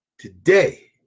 Today